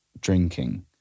drinking